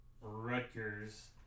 Rutgers